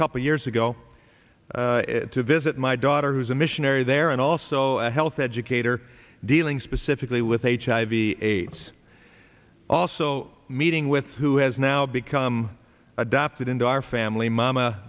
a couple years ago to visit my daughter who's a missionary there and also a health educator dealing specifically with hiv aids also meeting with who has now become adopted into our family mama